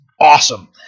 awesome